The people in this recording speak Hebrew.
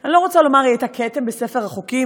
אני לא רוצה לומר "היא הייתה כתם בספר החוקים",